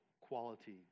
quality